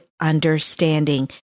understanding